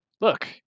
look